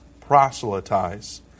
proselytize